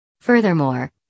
Furthermore